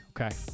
Okay